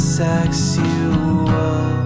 sexual